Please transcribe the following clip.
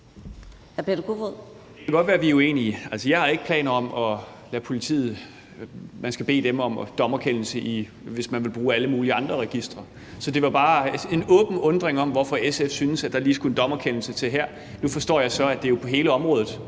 jeg har ikke planer om, at man skal bede politiet om at få en dommerkendelse for at bruge alle mulige andre registre. Så det var bare en åben undren over, at SF synes, at der lige skulle en dommerkendelse til her. Nu forstår jeg så, at det er på hele området,